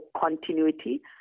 continuity